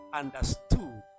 understood